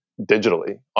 digitally